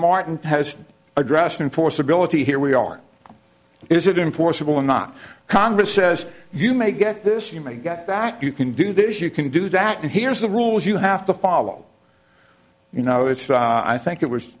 martin has addressed and for stability here we are is it in forcible not congress says you may get this you may get that you can do this you can do that and here's the rules you have to follow you know it's i think it was